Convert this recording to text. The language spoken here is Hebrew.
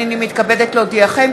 הנני מתכבדת להודיעכם,